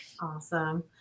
awesome